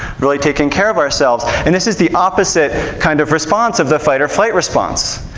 really taking care of ourselves. and this is the opposite kind of response of the fight-or-flight response.